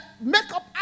makeup